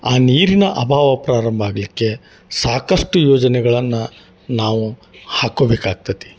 ಆ ನೀರಿನ ಅಭಾವ ಪ್ರಾರಂಭ ಆಗಲ್ಲಿಕ್ಕೆ ಸಾಕಷ್ಟು ಯೋಜನೆಗಳನ್ನು ನಾವು ಹಾಕೊಬೇಕಾಗ್ತತಿ